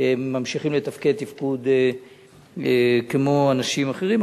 והם ממשיכים לתפקד כמו אנשים אחרים,